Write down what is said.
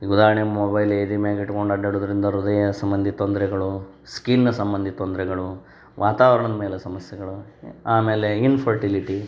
ಈಗ ಉದಾಹರ್ಣೆಗೆ ಮೊಬೈಲ್ ಎದೆ ಮ್ಯಾಗೆ ಇಟ್ಕೊಂಡು ಅಡ್ಡಾಡೋದರಿಂದ ಹೃದಯ ಸಂಬಂಧಿ ತೊಂದರೆಗಳು ಸ್ಕಿನ್ ಸಂಬಂಧಿ ತೊಂದರೆಗಳು ವಾತಾವರ್ಣದ ಮೇಲೆ ಸಮಸ್ಯೆಗಳು ಆಮೇಲೆ ಇನ್ಫರ್ಟಿಲಿಟಿ